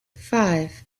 five